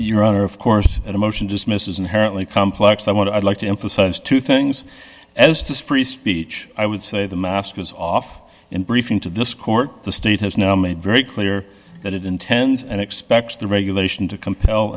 your honor of course in a motion to dismiss is inherently complex i want to i'd like to emphasize two things as does free speech i would say the masters off in briefing to this court the state has now made very clear that it intends and expects the regulation to compel